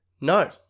no